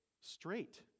Straight